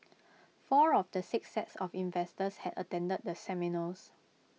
four of the six sets of investors had attended the seminars